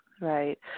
Right